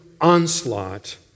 onslaught